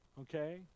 Okay